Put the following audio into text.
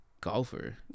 golfer